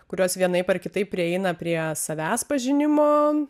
kurios vienaip ar kitaip prieina prie savęs pažinimo